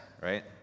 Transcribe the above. right